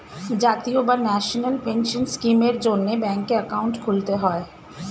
জাতীয় বা national pension স্কিমের জন্যে ব্যাঙ্কে অ্যাকাউন্ট খুলতে হয়